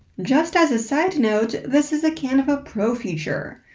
just as a side note, this is a canva pro feature,